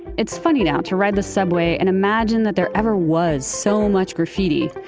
it's funny now to ride the subway and imagine that there ever was so much graffiti.